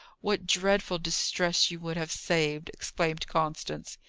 what dreadful distress you would have saved! exclaimed constance.